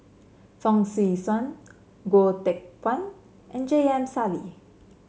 Fong Swee Suan Goh Teck Phuan and J M Sali